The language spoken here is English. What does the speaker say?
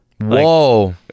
Whoa